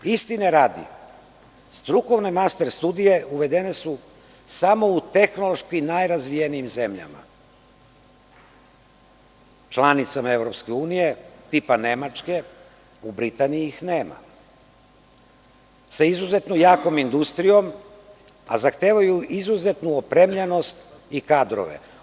Istine radi, strukovne master studije uvedene su samo u tehnološki najrazvijenijim zemljama, članicama EU, tipa Nemačke, u Britaniji ih nema, sa izuzetno jakom industrijom, a zahtevaju izuzetnu opremljenost i kadrove.